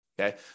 okay